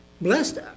Blessed